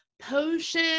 potion